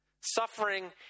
Suffering